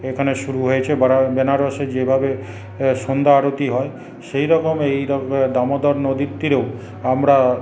এখানে শুরু হয়েছে বারা বেনারসে যেভাবে সন্ধ্যা আরতি হয় সেইরকমই এই দামোদর নদীর তীরেও আমরা